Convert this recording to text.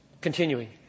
Continuing